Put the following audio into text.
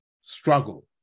struggle